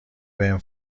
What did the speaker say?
بهم